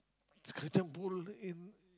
Kacang-Pool in